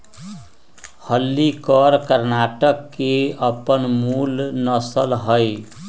हल्लीकर कर्णाटक के अप्पन मूल नसल हइ